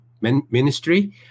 Ministry